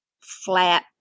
flat